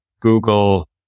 Google